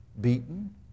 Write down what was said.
beaten